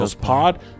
pod